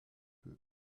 feu